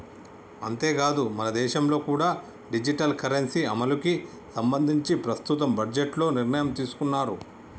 అంతేకాదు మనదేశంలో కూడా డిజిటల్ కరెన్సీ అమలుకి సంబంధించి ప్రస్తుత బడ్జెట్లో నిర్ణయం తీసుకున్నారు